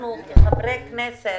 אנחנו כחברי כנסת